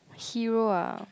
hero ah